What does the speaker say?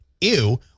Ew